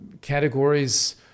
categories